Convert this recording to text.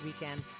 weekend